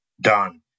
done